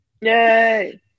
Yay